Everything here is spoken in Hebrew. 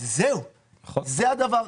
זהו, זה הדבר.